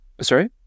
Sorry